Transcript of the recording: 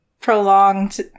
prolonged